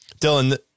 dylan